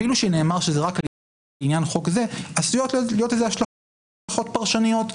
אפילו שנאמר שזה רק לעניין חוק זה עשויות להיות לזה השלכות פרשניות,